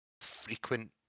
frequent